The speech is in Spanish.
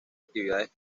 actividades